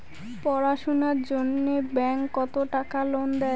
পড়াশুনার জন্যে ব্যাংক কত টাকা লোন দেয়?